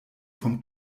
vom